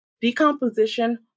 Decomposition